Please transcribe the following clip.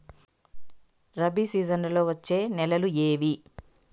రబి సీజన్లలో వచ్చే నెలలు ఏవి?